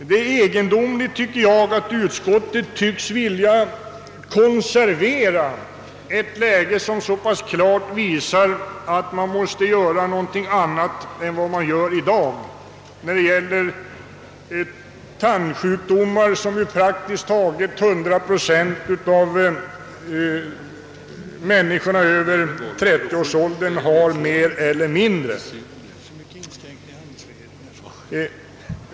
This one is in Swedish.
Det är egendomligt att utskottet tycks vilja konservera ett läge, som så klart visar att man måste göra någonting annat än vad som görs i dag när det gäller tandsjukdomar som mer eller mindre drabbar praktiskt taget 100 procent av människorna över 30 års ålder.